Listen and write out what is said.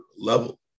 level